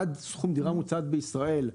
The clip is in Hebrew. עד סכום דירה ממוצעת בישראל,